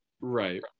Right